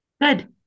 Good